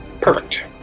Perfect